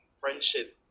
friendships